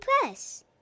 Press